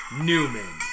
Newman